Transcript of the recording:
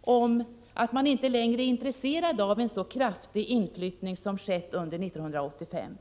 om att man inte längre är intresserad av en så kraftig inflyttning som skett under 1985.